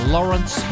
Lawrence